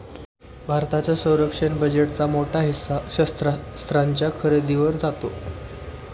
भारताच्या संरक्षण बजेटचा मोठा हिस्सा शस्त्रास्त्रांच्या खरेदीवर जातो